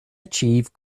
achieve